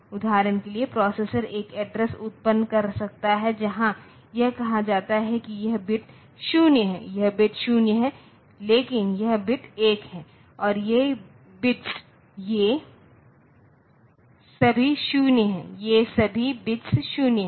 उदाहरण के लिए प्रोसेसर एक एड्रेस उत्पन्न कर सकता है जहां यह कहा जाता है कि यह बिट 0 है यह बिट 0 है लेकिन यह बिट 1 है और ये बिट्स ये सभी 0 हैं ये सभी बिट्स 0 हैं